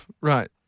Right